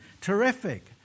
Terrific